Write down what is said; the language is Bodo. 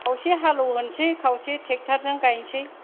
खावसे हालौ होनसै खावसे थेकतारजों गायसै